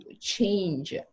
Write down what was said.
change